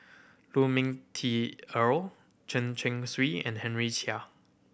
Lu Ming Teh Earl Chen Chong Swee and Henry Chia